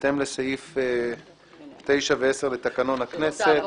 התשע"ט-2018 (מ/1278),